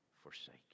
forsake